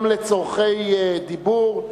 גם לצורכי דיבור,